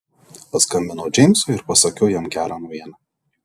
paskambinau džeimsui ir pasakiau jam gerą naujieną